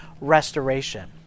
restoration